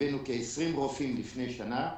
הבאנו כ-20 רופאים לפני שנה,